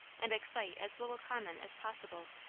and excite as little comment as possible,